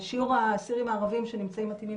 ששיעור האסירים הערבים שנמצאים מתאימים